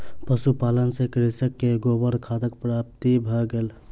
पशुपालन सॅ कृषक के गोबर खादक प्राप्ति भ गेल